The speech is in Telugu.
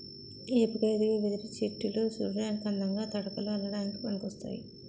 ఏపుగా ఎదిగే వెదురు చెట్టులు సూడటానికి అందంగా, తడకలు అల్లడానికి పనికోస్తాయి